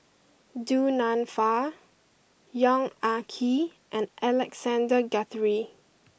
Du Nanfa Yong Ah Kee and Alexander Guthrie